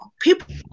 People